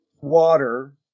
water